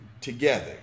together